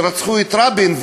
כשרצחו את רבין,